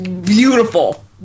Beautiful